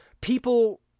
people